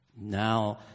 Now